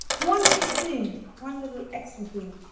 one little thing, one little extra thing.